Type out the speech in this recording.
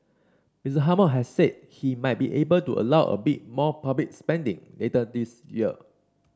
Miss Hammond has said he might be able to allow a bit more public spending later this year